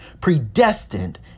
predestined